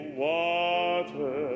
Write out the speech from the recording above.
water